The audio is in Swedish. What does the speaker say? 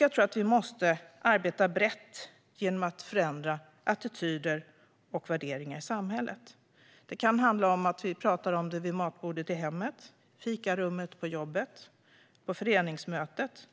Jag tror att vi måste arbeta brett genom att förändra attityder och värderingar i samhället. Det kan handla om att vi pratar om det vid matbordet i hemmet, i fikarummet på jobbet eller på föreningsmötet.